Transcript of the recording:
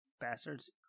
Bastards